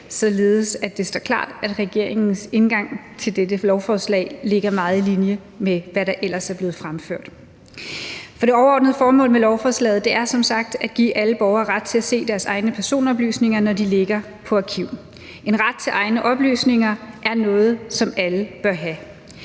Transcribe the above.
således at det står klart, at regeringens indgang til dette lovforslag ligger meget på linje med, hvad der ellers er blevet fremført. For det overordnede formål med lovforslaget er som sagt at give alle borgere ret til at se deres egne personoplysninger, når de ligger på arkiv. En ret til egne oplysninger er noget, som alle bør have.